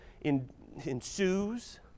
ensues